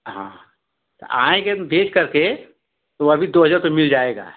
हाँ तो आएंगे बेचकर के तो अभी दो हजार तो मिल जाएगा